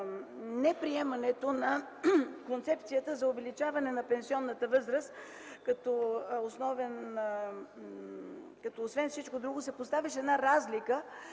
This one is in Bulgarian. неприемането на концепцията за увеличаване на пенсионната възраст, като освен всичко друго се поставяше разлика